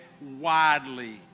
widely